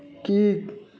की